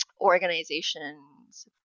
organizations